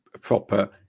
proper